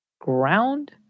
ground